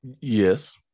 Yes